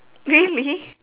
really